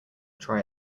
try